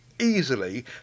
easily